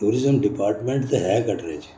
tourism department ते हे कटरे च